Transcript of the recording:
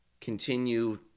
continue